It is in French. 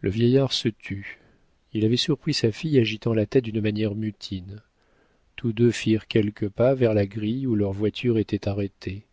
le vieillard se tut il avait surpris sa fille agitant la tête d'une manière mutine tous deux firent quelques pas vers la grille où leur voiture était arrêtée